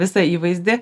visą įvaizdį